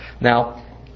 Now